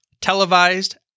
televised